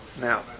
now